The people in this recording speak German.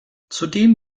zudem